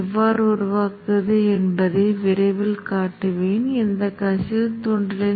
காந்தமாக்கும் பகுதியின் வேறுபாட்டைத் தவிர முதன்மை மற்றும் இரண்டாம் நிலை ஒரே மாதிரியாக இருப்பதை இப்போது நீங்கள் பார்க்கலாம்